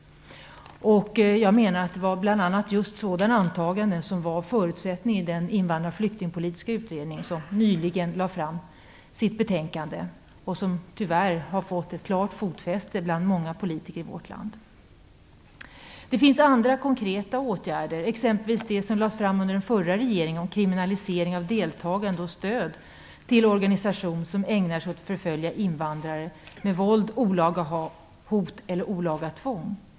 Jag menar att det var bl.a. sådana antaganden som låg till grund för det betänkande som den invandrar och flyktingpolitiska utredningen nyligen lade fram och som tyvärr har fått ett fotfäste bland många politiker i vårt land. Det finns andra konkreta åtgärder som kan vidtas. Man kan exempelvis, som föreslogs av den förra regeringen, kriminalisera deltagande i och stöd till organisation som ägnar sig åt att förfölja invandrare med våld, olaga hot eller olaga tvång.